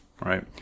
right